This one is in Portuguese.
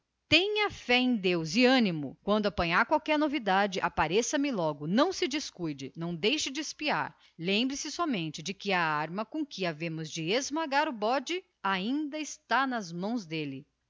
deus e ânimo quando apanhar qualquer novidade apareça me logo não deixe de espiar lembre-se de que a arma com que havemos de esmagar o bode ainda está nas mãos dele